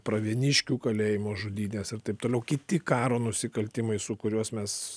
pravieniškių kalėjimo žudynės ir taip toliau kiti karo nusikaltimai su kuriuos mes